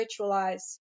ritualize